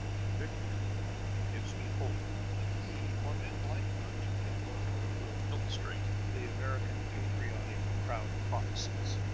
in victory gives me hope that he or men like unto him will illustrate the american patriotic crowd-prophecies.